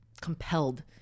compelled